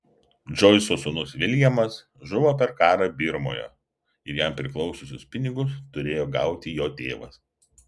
džoiso sūnus viljamas žuvo per karą birmoje ir jam priklausiusius pinigus turėjo gauti jo tėvas